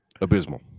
abysmal